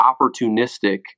opportunistic